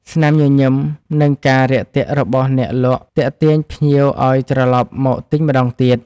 ស្នាមញញឹម និងការរាក់ទាក់របស់អ្នកលក់ទាក់ទាញភ្ញៀវឱ្យត្រឡប់មកទិញម្ដងទៀត។